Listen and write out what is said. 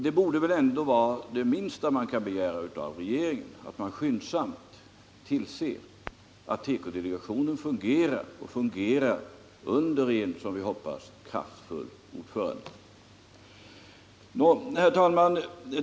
Det borde väl ändå vara det minsta man kan begära av regeringen att den skyndsamt tillser att tekodelegationen fungerar under en, som vi hoppas, kraftfull ordförande. Herr talman!